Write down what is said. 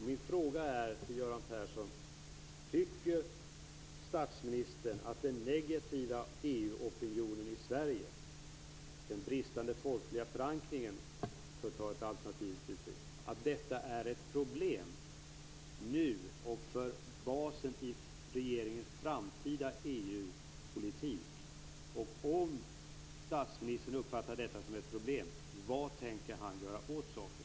Min fråga till Göran Persson är: Tycker statsministern att den negativa EU-opinionen i Sverige, den bristande folkliga förankringen, är ett problem nu och för basen i regeringens framtida EU-politik? Om statsministern uppfattar detta som ett problem, vad tänker han göra åt saken?